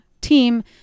team